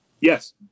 Yes